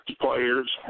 players